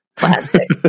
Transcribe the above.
Plastic